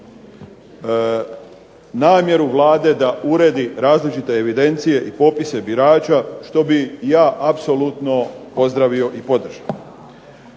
namjeru Vlade da uredi različite evidencije i popise birača što bih ja apsolutno pozdravio i podržao.